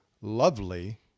lovely